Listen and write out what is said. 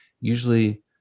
usually